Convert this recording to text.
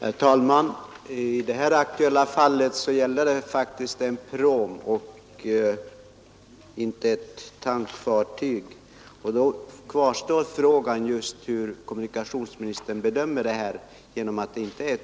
Herr talman! Det här aktuella fallet gäller faktiskt en pråm och inte ett tankfartyg, och därför kvarstår frågan hur kommunikationsministern bedömer saken.